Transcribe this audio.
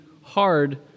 hard